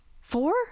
Four